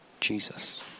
Jesus